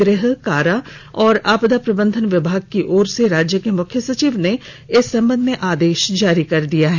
गृह कारा एवं आपदा प्रबंधन विभाग की ओर से राज्य के मुख्य सचिव ने इस संबंध में आदेश जारी कर दिया है